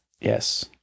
Yes